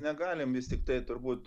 negalim vis tiktai turbūt